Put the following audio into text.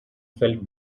felt